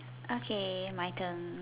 okay my turn